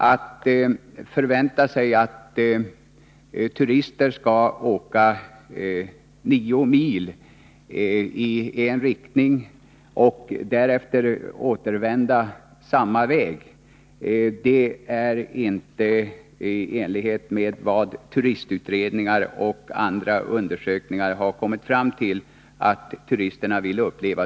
Att förvänta sig att turister skall åka nio mil i en riktning och därefter återvända samma väg stämmer inte överens med vad man kommit fram till i turistutredningar och andra undersökningar när det gäller vad turisterna vill uppleva.